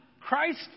Christ